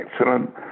excellent